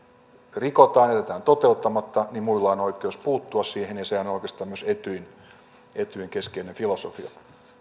rikotaan jätetään toteuttamatta niin muilla on oikeus puuttua siihen ja sehän on oikeastaan myös etyjin etyjin keskeinen filosofia